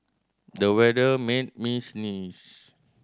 the weather made me sneeze